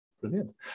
brilliant